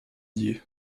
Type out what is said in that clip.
dié